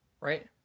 right